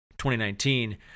2019